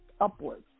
upwards